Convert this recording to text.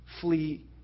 flee